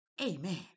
Amen